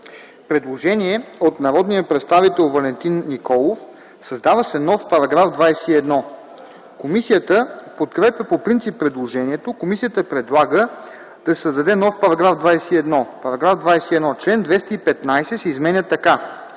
предложение от народния представител Валентин Николов – създава се нов § 21. Комисията подкрепя по принцип предложението. Комисията предлага да се създаде нов § 21: „§ 21. Член 215 се изменя така: